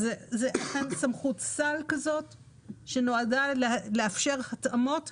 זאת סמכות סל שנועדה לאפשר התאמות.